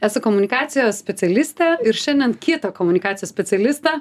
esu komunikacijos specialistė ir šiandien kitą komunikacijos specialistą